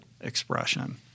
expression